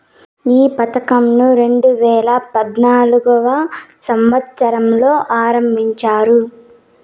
ఈ పథకంను రెండేవేల పద్నాలుగవ సంవచ్చరంలో ఆరంభించారు